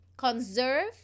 conserve